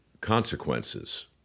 consequences